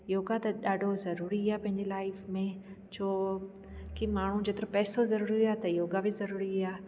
योगा त ॾाढो ज़रूरी आहे पंहिंजी लाइफ में छो कि माण्हू जेतिरो पैसो ज़रूरी आहे त योगा बि ज़रूरी आहे